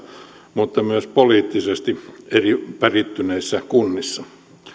mutta myös poliittisesti eri lailla värittyneissä kunnissa